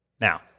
Now